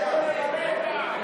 רגע, רגע.